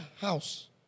house